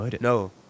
No